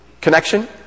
connection